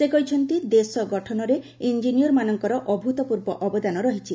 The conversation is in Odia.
ସେ କହିଛନ୍ତି ଦେଶ ଗଠନରେ ଇଞ୍ଜିନିରମାନଙ୍କର ଅଭ୍ରୁତପୂର୍ବ ଅବଦାନ ରହିଛି